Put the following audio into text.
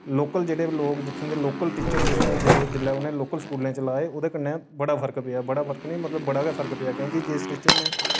local जेह्ड़े लोक जित्थुआं दे लोकल टीचर जित्थै जेह्ड़े जिल्लै उ'नै लोकल स्कूलें च लाए ओह्दे कन्नै बड़ा फर्क पेआ बड़ा फर्क निं मतलब बड़ा गै फर्क पेआ क्यूंकि जिस टीचर नै